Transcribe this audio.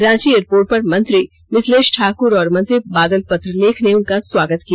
Ranchi airport पर मंत्री मिथिलेश ठाक्र और मंत्री बादल पत्रलेख ने उनका स्वागत किया